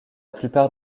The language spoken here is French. plupart